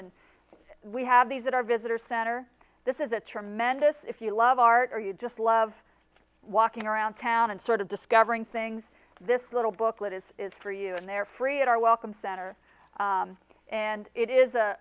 and we have these at our visitor center this is a tremendous if you love art or you just love walking around town and sort of discovering things this little booklet is is for you and they're free it are welcome center and it is